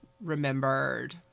remembered